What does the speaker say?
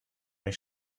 mich